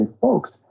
folks